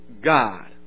God